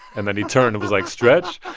and then he turned and was like, stretch?